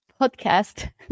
podcast